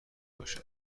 باشه